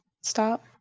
stop